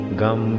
gum